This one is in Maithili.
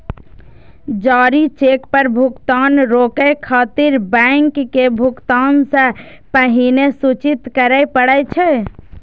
जारी चेक पर भुगतान रोकै खातिर बैंक के भुगतान सं पहिने सूचित करय पड़ै छै